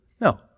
No